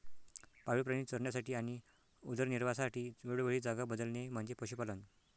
पाळीव प्राणी चरण्यासाठी आणि उदरनिर्वाहासाठी वेळोवेळी जागा बदलणे म्हणजे पशुपालन